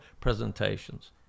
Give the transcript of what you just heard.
presentations